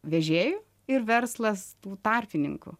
vežėjų ir verslas tų tarpininkų